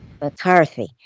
McCarthy